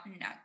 No